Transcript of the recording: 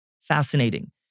fascinating